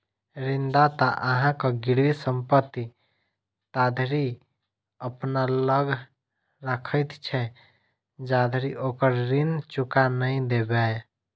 ऋणदाता अहांक गिरवी संपत्ति ताधरि अपना लग राखैत छै, जाधरि ओकर ऋण चुका नहि देबै